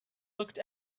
looked